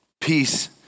Peace